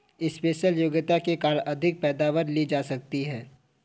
special योग्यता के कारण अधिक पैदावार ली जा सकती है